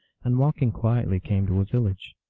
and walking quietly came to a village.